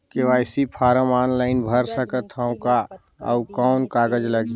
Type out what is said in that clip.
KYC form online भर सकत हवं का? अउ कौन कागज लगही?